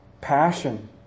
Passion